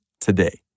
today